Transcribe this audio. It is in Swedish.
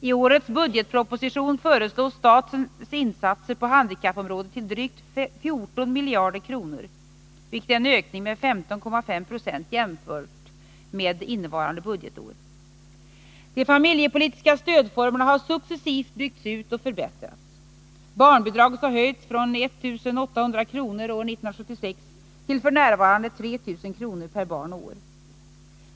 I årets budgetproposition föreslås statens insatser på handikappområdet uppgå till drygt 14 miljarder kronor, vilket är en ökning med 15,5 260 jämfört med innevarande budgetår. De familjepolitiska stödformerna har successivt byggts ut och förbättrats. Barnbidraget har höjts från 1 800 kr. år 1976 till f. n. 3 000 kr. per barn och år.